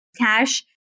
cash